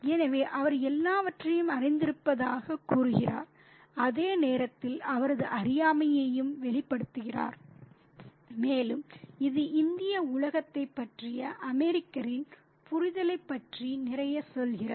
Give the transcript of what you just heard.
எனவே அவர் எல்லாவற்றையும் அறிந்திருப்பதாகக் கூறுகிறார் அதே நேரத்தில் அவரது அறியாமையையும் வெளிப்படுத்தினார் மேலும் இது இந்திய உலகத்தைப் பற்றிய அமெரிக்கரின் புரிதலைப் பற்றி நிறைய சொல்கிறது